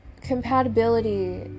compatibility